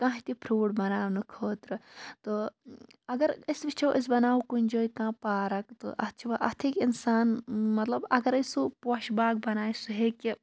کانٛہہ تہِ فروٹ بناونہٕ خٲطرٕ تہٕ اَگر أسۍ وُچھو أسۍ بناوو کُنہِ جایہِ کانٛہہ پارَک تہٕ اَتھ چھِ اَتھ ہیٚکہِ اِنسان مطلب اَگرے سُہ پوشہِ باغ بنایہِ سُہ ہیٚکہِ